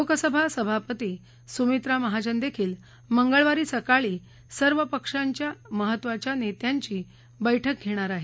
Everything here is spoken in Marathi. लोकसभा सभापती सुमित्रा महाजन देखील मंगळवारी सकाळी सर्व पक्षांच्या महत्त्वाच्या नेत्यांची भेट घेणार आहेत